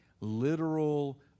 literal